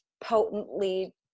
potently